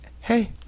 hey